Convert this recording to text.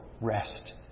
rest